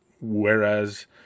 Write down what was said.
whereas